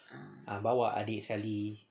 ah bawa adik sekali